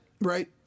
right